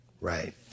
right